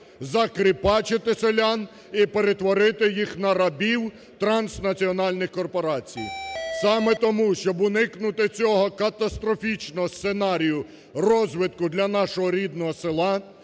закріпачити селян і перетворити їх на рабів транснаціональних корпорацій. Саме тому, щоб уникнути цього катастрофічного сценарію розвитку для нашого рідного села